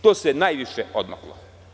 Tu se najviše odmaklo.